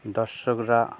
দর্শকরা